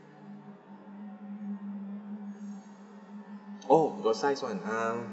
oh got size [one] um